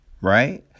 right